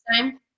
time